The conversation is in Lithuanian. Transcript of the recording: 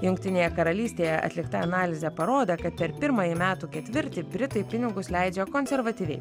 jungtinėje karalystėje atlikta analizė parodė kad per pirmąjį metų ketvirtį britai pinigus leidžia konservatyviai